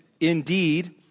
indeed